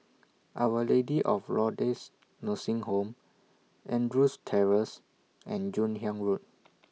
Our Lady of Lourdes Nursing Home Andrews Terrace and Joon Hiang Road